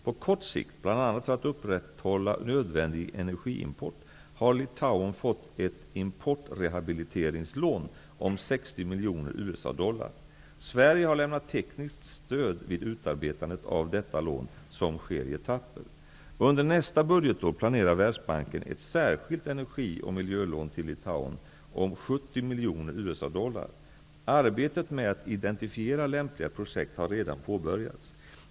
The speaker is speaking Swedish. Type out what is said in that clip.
På kort sikt, bl.a. för att upprätthålla nödvändig energiimport, har Litauen fått ett importrehabiliteringslån om 60 miljoner US dollar. Sverige har lämnat tekniskt stöd vid utarbetandet av detta lån, som sker i etapper. Under nästa budgetår planerar Världsbanken ett särskilt energioch miljölån till Litauen om 70 miljoner US dollar. Arbetet med att identifiera lämpliga projekt har redan påbörjats.